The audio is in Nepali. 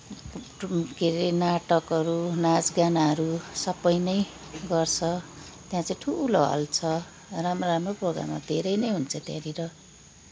के अरे नाटकहरू नाचगानाहरू सबै नै गर्छ त्यहाँ चै ठुलो हल छ राम्रो राम्रो प्रोग्रामहरू धरै नै हुन्छ त्यहाँनिर